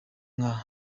nka